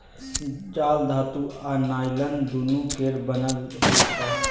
जाल धातु आ नॉयलान दुनु केर बनल होइ छै